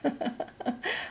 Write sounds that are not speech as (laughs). (laughs)